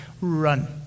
run